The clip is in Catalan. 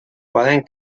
poden